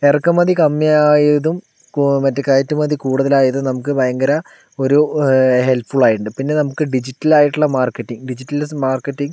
എറക്കുമതി കമ്മിയായതും മറ്റേ കയറ്റുമതി കൂടുതലായതും നമുക്ക് ഭയങ്കര ഒരു ഹെൽപ്ഫുൾ ആയിട്ടിണ്ട് പിന്നെ നമ്മക്ക് ഡിജിറ്റലായിട്ടുള്ള മാർക്കറ്റിംഗ് ഡിജിറ്റലിസ്റ്റ് മാർക്കറ്റിംഗ്